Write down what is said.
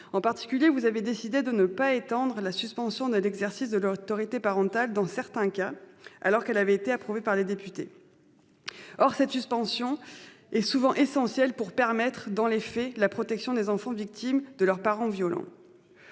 en particulier, de ne pas étendre la suspension de l'exercice de l'autorité parentale dans certains cas qui avaient été prévus par les députés. Or cette suspension est souvent essentielle pour permettre, dans les faits, la protection des enfants victimes de leurs parents violents.